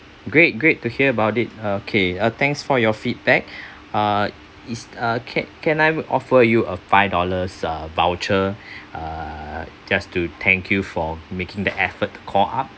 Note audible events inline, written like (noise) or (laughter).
great great to hear about it uh okay thanks for your feedback uh is a ca~ can I offer you a five dollars uh voucher (breath) uh just to thank you for making the effort to call up